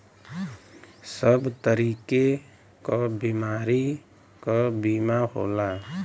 सब तरीके क बीमारी क बीमा होला